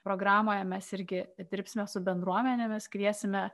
programoje mes irgi dirbsime su bendruomenėmis kviesime